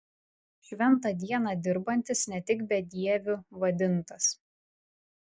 šventą dieną dirbantis ne tik bedieviu vadintas